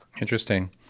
Interesting